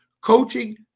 Coaching